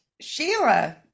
Sheila